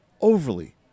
overly